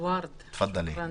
תפדלי מרב.